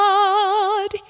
God